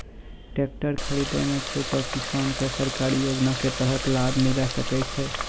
Tractor खरीदै मे छोटो किसान के सरकारी योजना के तहत लाभ मिलै सकै छै?